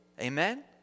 amen